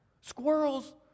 Squirrels